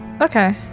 Okay